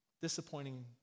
disappointing